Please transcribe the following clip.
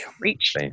Reach